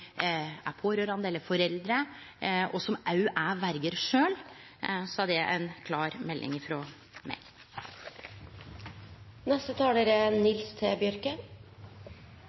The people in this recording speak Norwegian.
er pårørande eller foreldre, og som òg sjølve er verjer. Så det er ei klar melding